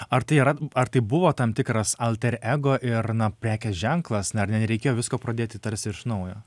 ar tai yra ar tai buvo tam tikras alter ego ir na prekės ženklas na ar nereikėjo visko pradėti tarsi iš naujo